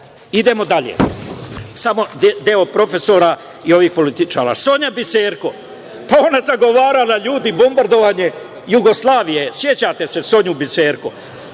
bio. Idemo dalje, samo deo profesora i ovih političara. Sonja Biserko, pa ona je zagovarala, ljudi, bombardovanje Jugoslavije. Sećate se Sonje Biserko? Idemo